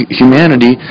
humanity